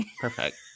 Perfect